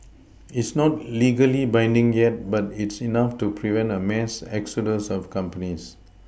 it's not legally binding yet but it's enough to prevent a mass exodus of companies